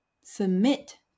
Submit